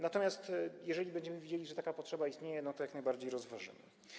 Natomiast jeżeli będziemy widzieli, że taka potrzeba istnieje, to jak najbardziej to rozważymy.